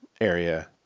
area